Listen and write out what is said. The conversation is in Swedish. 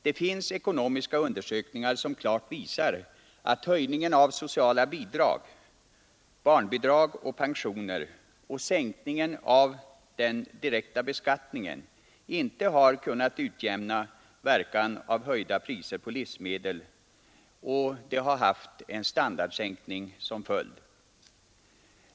Det finns ekonomiska undersökningar som klart visar att höjningen av sociala bidrag, barnbidrag och pensioner och sänkningen av den direkta beskattningen inte kunnat utjämna verkan av de höjda priserna på livsmedel, och det har haft en standardsänkning som följd.